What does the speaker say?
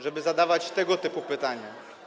żeby zadawać tego typu pytania.